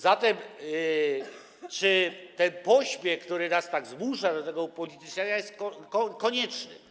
Zatem czy ten pośpiech, który tak nas zmusza do tego upolityczniania, jest konieczny?